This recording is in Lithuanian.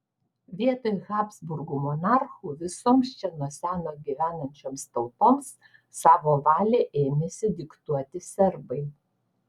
vietoj habsburgų monarchų visoms čia nuo seno gyvenančioms tautoms savo valią ėmėsi diktuoti serbai